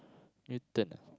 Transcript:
Newton ah